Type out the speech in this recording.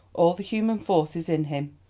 all the human forces in him,